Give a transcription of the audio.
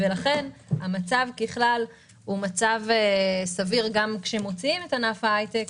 לכן המצב ככלל סביר גם כשמוציאים את ענף ההייטק,